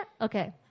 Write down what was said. Okay